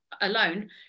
alone